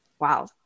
wow